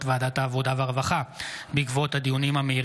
ועדת העבודה והרווחה בעקבות דיון מהיר